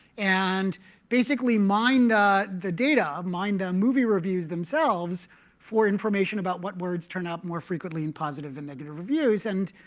and basically, mine the data, mine the movie reviews themselves for information about what words turn up more frequently in positive and negative reviews. and